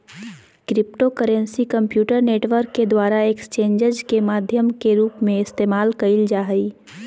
cryptocurrency computer network के द्वारा exchanges के माध्यम के रूप में इस्तेमाल कइल जा हइ